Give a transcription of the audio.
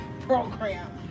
program